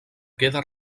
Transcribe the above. queda